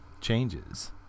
Changes